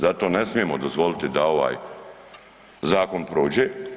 Zato ne smijemo dozvoliti da ovaj zakon prođe.